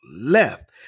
left